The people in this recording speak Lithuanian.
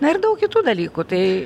na ir daug kitų dalykų tai